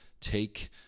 take